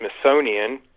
Smithsonian